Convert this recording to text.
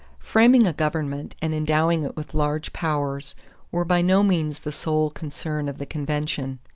framing a government and endowing it with large powers were by no means the sole concern of the convention.